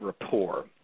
rapport